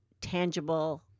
tangible